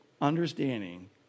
Understanding